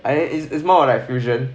it is more of like fusion